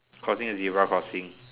crossing the zebra crossing